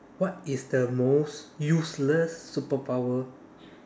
what is the most useless superpower